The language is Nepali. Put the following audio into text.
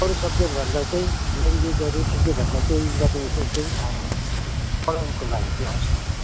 अरू सब्जेक्टभन्दा चाहिँ ल्याङग्वेजहरू केकेभन्दा चाहिँ म्याथमेटिक्स एकदमै साह्रो हो पढाउनुको लागि चाहिँ